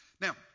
Now